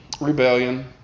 rebellion